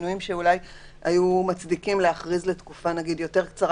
שינויים שאולי היו מצדיקים להכריז לתקופה קצרה